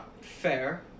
fair